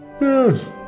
Yes